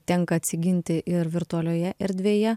tenka atsiginti ir virtualioje erdvėje